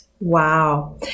Wow